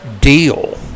deal